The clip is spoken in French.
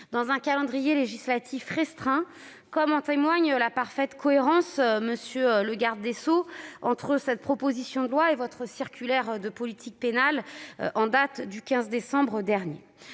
dans un calendrier législatif restreint, comme en témoigne la parfaite cohérence, monsieur le garde des sceaux, entre la présente proposition de loi et votre circulaire de politique pénale en date du 15 décembre dernier.